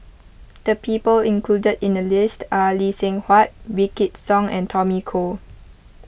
the people included in the list are Lee Seng Huat Wykidd Song and Tommy Koh